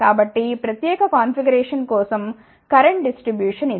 కాబట్టి ఈ ప్రత్యేక కాన్ఫిగరేషన్ కోసం కరెంట్ డిస్ట్రిబ్యూషన్ ఇది